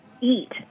eat